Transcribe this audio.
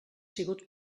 sigut